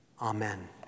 Amen